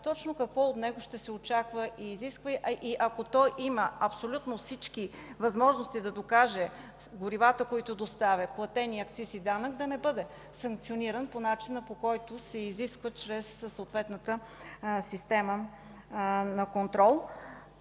точно какво ще се очаква и изисква от него. Ако той има абсолютно всички възможности да докаже горивата, които доставя, платеният акциз и данък да не бъде санкциониран по начина, по който се изисква чрез съответната система на контрол.